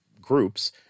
groups